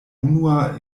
unua